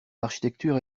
architecture